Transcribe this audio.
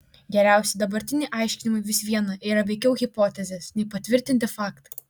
geriausi dabartiniai aiškinimai vis viena yra veikiau hipotezės nei patvirtinti faktai